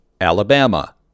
Alabama